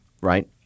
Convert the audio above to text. right